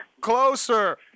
Closer